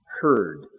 heard